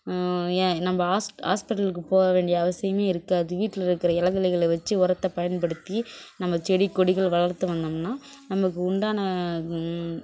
ஏன் நம்ம ஹாஸ் ஹாஸ்பிட்டலுக்கு போக வேண்டிய அவசியம் இருக்காது வீட்டில் இருக்கிற இலை தழைகளை வச்சு உரத்த பயன்படுத்தி நம்ம செடி கொடிகள் வளர்த்து வந்தோம்னா நமக்கு உண்டான